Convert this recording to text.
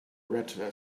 retina